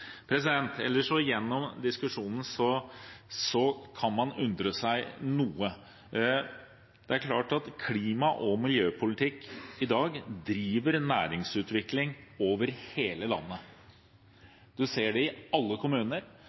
Ellers kan man gjennom diskusjonen undre seg noe. Det er klart at klima- og miljøpolitikk i dag driver næringsutvikling over hele landet. Vi ser det i alle kommuner